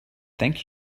thank